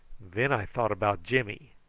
then i thought about jimmy,